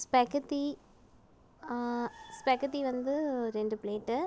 spaghetti spaghetti வந்து ரெண்டு plate